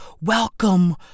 Welcome